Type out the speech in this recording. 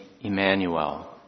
Emmanuel